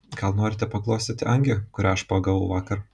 gal norite paglostyti angį kurią aš pagavau vakar